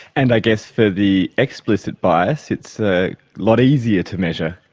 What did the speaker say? and i guess for the explicit bias it's a lot easier to measure.